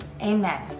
amen